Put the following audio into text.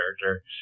character